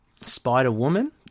Spider-Woman